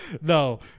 No